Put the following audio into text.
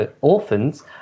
orphans